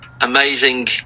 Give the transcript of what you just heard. amazing